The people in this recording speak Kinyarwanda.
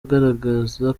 agaragaza